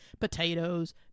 Potatoes